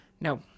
No